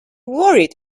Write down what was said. worried